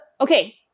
Okay